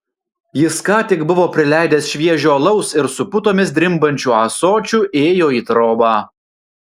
jis ką tik buvo prileidęs šviežio alaus ir su putomis drimbančiu ąsočiu ėjo į trobą